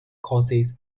courses